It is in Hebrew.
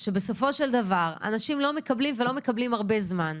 שבסופו של דבר אנשים לא מקבלים ולא מקבלים הרבה זמן,